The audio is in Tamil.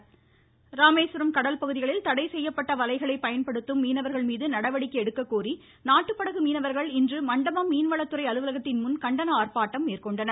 மீனவர்கள் ராமேஸ்வரம் கடல்பகுதிகளில் செய்யப்பட்ட தடை வலைகளை பயன்படுத்தும் மீனவர்கள் மீது நடவடிக்கை எடுக்க கோரி நாட்டுப்படகு மீனவர்கள் இன்று மண்டபம் மீன்வளத்துறை அலுவலகத்தின் முன் கண்டன ஆர்ப்பாட்டம் மேற்கொண்டனர்